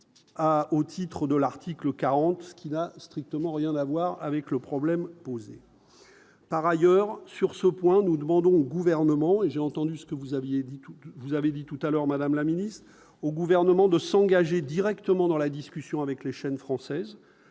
au titre de l'article 40 qui n'a strictement rien à voir avec le problème posé par ailleurs sur ce point, nous demandons au gouvernement et j'ai entendu ce que vous aviez dit tout, vous avez dit tout à l'heure, Madame la Ministre, au gouvernement de s'engager directement dans la discussion avec les chaînes françaises,